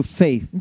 faith